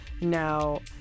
Now